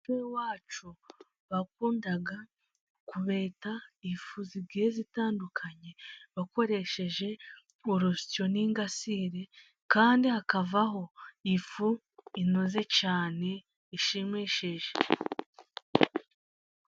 Mu muco w'iwacu bakundaga kubeta ifu zigiye zitandukanye, bakoresheje urusyo n'ingasire kandi hakavaho ifu inoze cyane ishimishije.